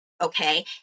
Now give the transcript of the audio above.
okay